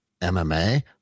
MMA